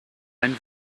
ein